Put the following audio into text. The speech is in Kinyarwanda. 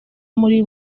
muri